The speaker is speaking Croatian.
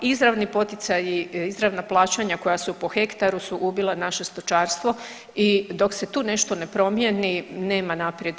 Izravni poticaji, izravna plaćanja koja su po hektaru su ubila naše stočarstvo i dok se tu nešto ne promijeni nema naprijed.